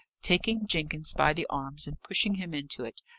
taking jenkins by the arms and pushing him into it.